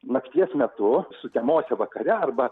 nakties metu sutemose vakare arba